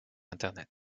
internet